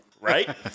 right